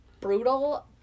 Brutal